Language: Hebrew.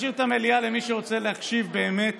ולהשאיר את המליאה למי שרוצה להקשיב באמת